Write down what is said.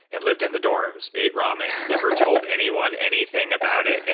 and lived in the dorms, ate ramen, never told anyone anything about it.